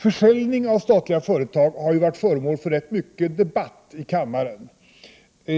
Försäljning av statliga företag har ju varit föremål för rätt mycken debatt i kammaren.